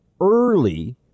early